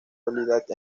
habilidad